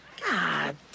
God